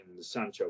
Sancho